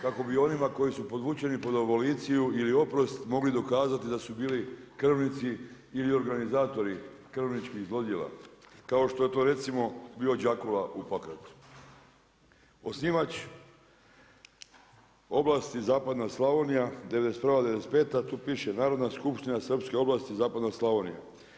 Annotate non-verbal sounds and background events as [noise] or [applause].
Kako bi onima koji su podvučeni pod aboliciju ili oprost, mogli dokazati da su bili krvnici ili organizatori krvnički zlodjela, kao što je to recimo bio … [unintelligible] Osnivač oblasti Zapadna Slavonija, '91.-'95., tu piše Narodna skupština srpske oblasti zapadna Slavonija.